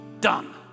done